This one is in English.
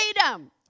freedom